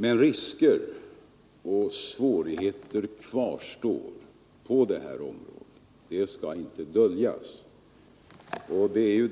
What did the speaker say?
Men risker och svårigheter kvarstår på det här området, det skall inte döljas, och det är ju